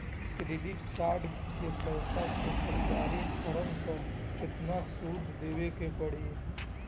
Credit card के पैसा से ख़रीदारी करम त केतना सूद देवे के पड़ी?